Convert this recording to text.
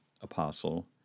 apostle